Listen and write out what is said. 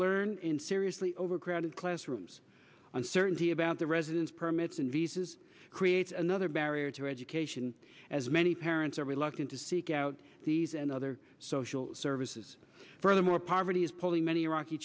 learn in seriously overcrowded classrooms uncertainty about their residence permits and visas creates another barrier to education as many parents are reluctant to seek out these and other social services furthermore poverty is probably many